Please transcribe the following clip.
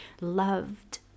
loved